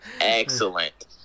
Excellent